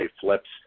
flips